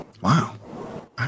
Wow